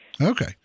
Okay